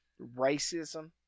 racism